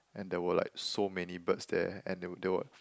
and there were like so many birds there and they were